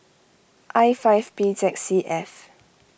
I five B Z C F